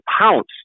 pounce